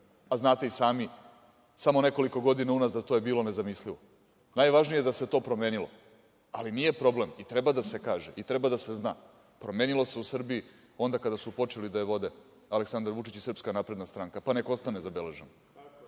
a znate i sami samo nekoliko godina unazad to je bilo nezamislivo. Najvažnije je da se to promenilo. Ali, nije problem i treba da se kaže i treba da se zna, promenilo se u Srbiji onda kada su počeli da je vode Aleksandar Vučić i SNS. Pa neka ostane